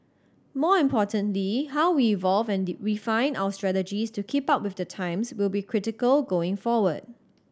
more importantly how we evolve and refine our strategies to keep up with the times will be critical going forward